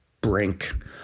brink